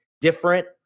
different